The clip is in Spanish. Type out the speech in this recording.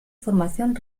formación